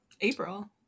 April